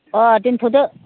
अ दोन्थ'दो